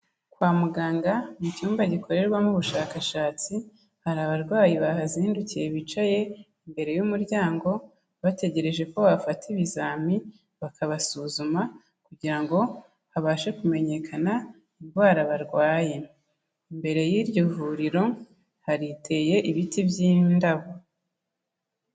Kwa muganga mu cyumba gikorerwamo ubushakashatsi, hari abarwayi bahazindukiye bicaye imbere y'umuryango, bategereje ko babafata ibizami bakabasuzuma, kugira ngo habashe kumenyekana indwara barwaye, mbere y'iryo vuriro hateye ibiti by'indabo.